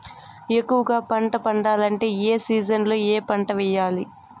ఎక్కువగా పంట పండాలంటే ఏ సీజన్లలో ఏ పంట వేయాలి